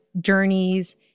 journeys